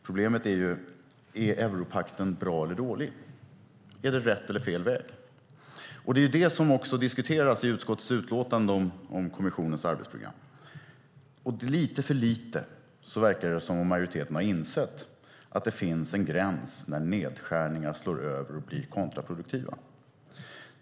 Problemet handlar ju om huruvida europakten är bra eller dålig. Är det rätt eller fel väg? Det är det som också diskuteras i utskottets utlåtande om kommissionens arbetsprogram. Det verkar som om majoriteten lite för lite har insett att det finns en gräns där nedskärningar slår över och blir kontraproduktiva.